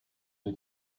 wir